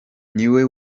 niwe